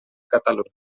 catalunya